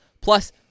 Plus